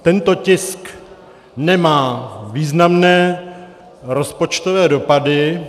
Tento tisk nemá významné rozpočtové dopady.